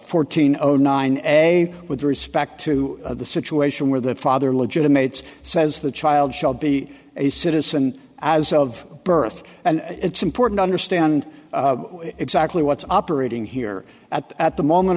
fourteen zero nine a with respect to the situation where the father legitimates says the child shall be a citizen as of birth and it's important to understand exactly what's operating here at the at the moment